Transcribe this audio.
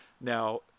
Now